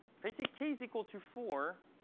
if i take is equal to four,